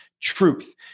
truth